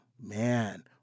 man